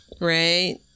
right